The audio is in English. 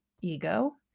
ego